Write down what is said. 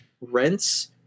rents